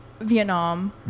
Vietnam